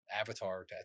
avatar